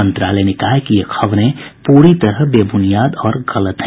मंत्रालय ने कहा कि ये खबरें पूरी तरह बेबुनियाद और गलत हैं